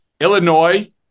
Illinois